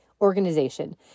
organization